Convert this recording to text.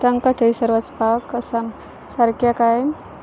तांकां थंयसर वचपाक कसां सारक्यां काय